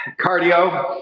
cardio